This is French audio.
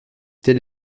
tel